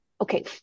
okay